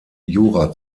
jura